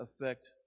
affect